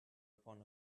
upon